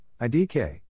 IDK